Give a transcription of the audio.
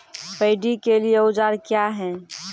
Paddy के लिए औजार क्या हैं?